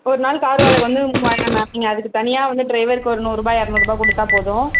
ஒரு நாள் கார் வாடகை வந்து மூவாயிரம் மேம் நீங்கள் அதுக்கு தனியாக வந்து ட்ரைவருக்கு ஒரு நூறுபாய் இரநூறுபா கொடுத்தா போதும்